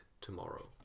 tomorrow